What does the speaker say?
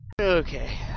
Okay